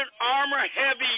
armor-heavy